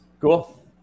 cool